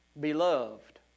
Beloved